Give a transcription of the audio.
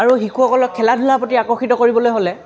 আৰু শিশুসকলক খেলা ধূলাৰ প্ৰতি আকৰ্ষিত কৰিবলৈ হ'লে